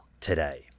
today